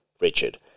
Richard